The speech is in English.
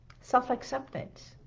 self-acceptance